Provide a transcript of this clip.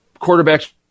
quarterbacks